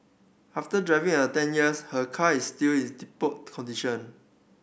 after driving a ten years her car is still is tip top condition